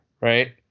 right